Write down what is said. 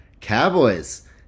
Cowboys